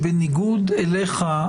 בניגוד אליך,